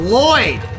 Lloyd